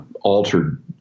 altered